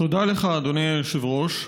תודה לך, אדוני היושב-ראש.